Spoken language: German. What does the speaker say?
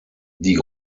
die